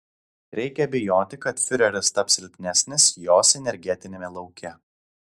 reikia bijoti kad fiureris taps silpnesnis jos energetiniame lauke